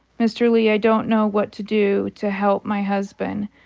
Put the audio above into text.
mr. lee, i don't know what to do to help my husband.